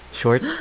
short